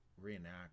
reenact